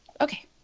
Okay